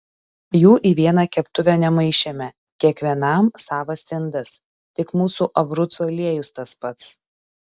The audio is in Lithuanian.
jų į vieną keptuvę nemaišėme kiekvienam savas indas tik mūsų abrucų aliejus tas pats